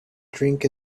drink